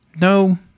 No